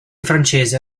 francese